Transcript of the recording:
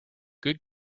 good